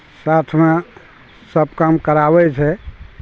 साथमे सब काम कराबै छै